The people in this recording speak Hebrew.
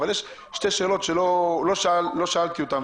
אבל יש שתי שאלות שלא שאלתי אותן.